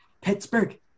Pittsburgh